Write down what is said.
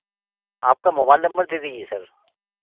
आपका mobile number दे दीजिए सर